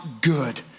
good